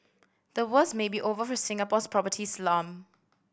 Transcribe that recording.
the worst may be over for Singapore's property slump